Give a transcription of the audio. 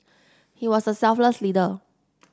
he was a selfless leader